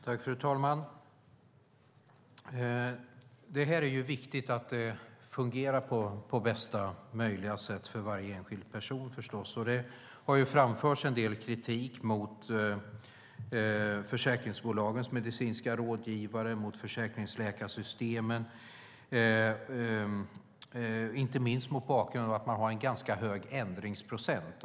Fru talman! Det är viktigt att det fungerar på bästa möjliga sätt för varje enskild person, förstås. Det har framförts en del kritik mot försäkringsbolagens medicinska rådgivare och mot försäkringsläkarsystemen, inte minst mot bakgrund av att det är en ganska hög ändringsprocent.